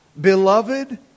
beloved